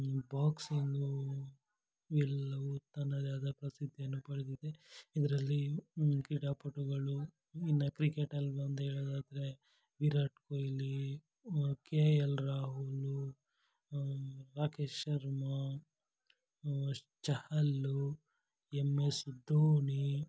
boxing ಎಲ್ಲವೂ ತನ್ನದೇ ಆದ ಪ್ರಸಿದ್ಧಿಯನ್ನು ಪಡೆದಿದೆ ಇದರಲ್ಲಿ ಕ್ರೀಡಾಪಟುಗಳು ಇನ್ನು ಕ್ರಿಕೆಟಲ್ಲಿ ಒಂದೇಳೋದಾದ್ರೆ Virat Kohli K L Rahul Rakesh Sharma Chahal M S Dhoni